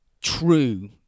true